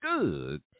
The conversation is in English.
good